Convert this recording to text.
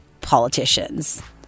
politicians